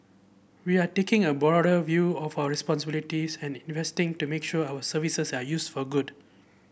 we are taking a broader view of our responsibilities and investing to make sure our services are used for good